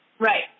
Right